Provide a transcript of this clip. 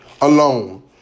alone